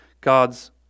God's